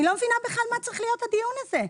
אני לא מבינה בכלל מה צריך להיות הדיון הזה.